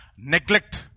Neglect